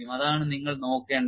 അതാണ് നിങ്ങൾ നോക്കേണ്ടത്